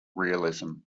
realism